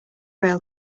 rail